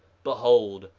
behold,